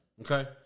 Okay